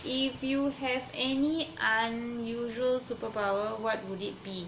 if you have any unusual superpower what would it be